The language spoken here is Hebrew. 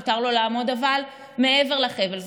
אבל מותר לו לעמוד מעבר לחבל.